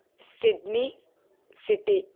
Sydney city